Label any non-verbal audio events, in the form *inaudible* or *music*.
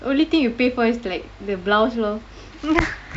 only thing you pay for is like the blouse lor *laughs*